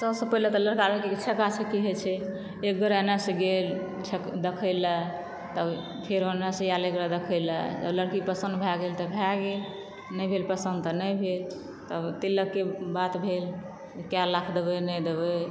सबसे पहिले तऽ लड़का लड़की के छेका छेकी होइ छै एक बेर एनय सॅं गेल देख़य लए तऽ फेर ओनय सॅं आयल एक गोरा देख़य लए तऽ लड़की पसंद भए गेल तऽ भए गेल नहि भेल पसन्द तऽ नहि भेल तब तिलक के बात भेल कए लाख देबै नहि देबै